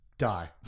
die